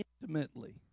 intimately